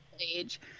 age